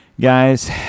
guys